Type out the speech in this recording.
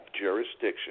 jurisdiction